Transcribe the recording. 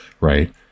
right